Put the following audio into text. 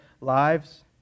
lives